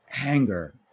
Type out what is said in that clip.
anger